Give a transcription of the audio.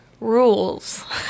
rules